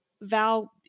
Val